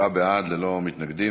שבעה בעד, ללא מתנגדים.